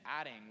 adding